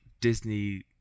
Disney